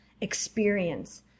experience